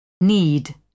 need